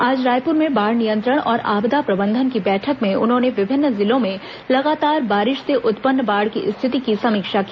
आज रायपुर में बाढ़ नियंत्रण और आपदा प्रबंधन की बैठक में उन्होंने विभिन्न जिलों में लगातार बारिश से उत्पन्न बाढ़ की रिथिति की समीक्षा की